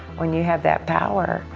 when you have that power,